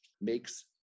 makes